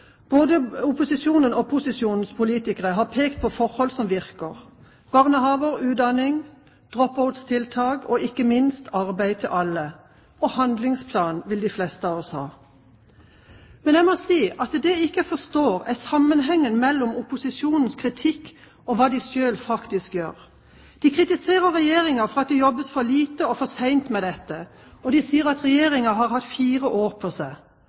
forhold som virker: Barnehager, utdanning, dropout-tiltak og ikke minst arbeid til alle – og handlingsplan vil de fleste av oss ha. Men jeg må si at det jeg ikke forstår, er sammenhengen mellom opposisjonens kritikk og hva de selv faktisk gjør. De kritiserer Regjeringen for at det jobbes for lite og for sent med dette, og de sier at Regjeringen har hatt fire år på seg.